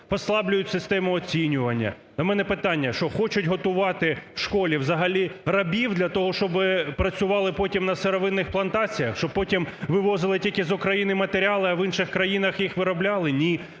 послаблюють систему оцінювання. У мене питання: що хочуть готувати в школі взагалі рабів для того, щоби працювали потім на сировинних плантаціях, щоб потім вивозили тільки з України матеріали, а в інших країнах їх виробляли? Ні.